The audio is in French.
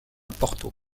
porto